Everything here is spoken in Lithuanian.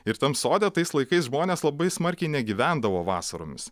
ir tam sode tais laikais žmonės labai smarkiai negyvendavo vasaromis